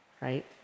right